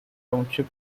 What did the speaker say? township